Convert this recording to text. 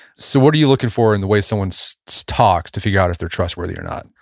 so what are you looking for in the way someone so talks to figure out if they're trustworthy or not?